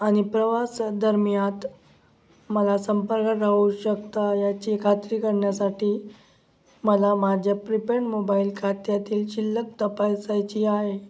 आणि प्रवासा दरम्यान मला संपर्क राहू शकता याची खात्री करण्यासाठी मला माझ्या प्रिपेड मोबाईल खात्यातील शिल्लक तपासायची आहे